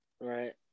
right